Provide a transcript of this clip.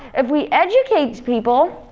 if we educate people,